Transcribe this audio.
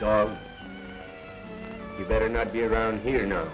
you better not be around here no